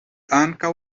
ankaŭ